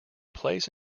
plays